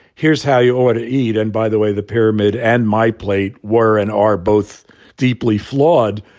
here's how you ought to eat. and by the way, the pyramid and my plate were and are both deeply flawed,